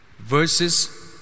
verses